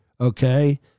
Okay